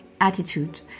Attitude